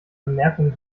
bemerkungen